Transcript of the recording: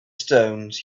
stones